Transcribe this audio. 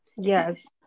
Yes